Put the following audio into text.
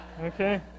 Okay